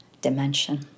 dimension